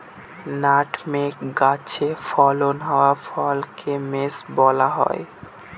nutmeg গাছে ফলন হওয়া ফলকে মেস বলা হয়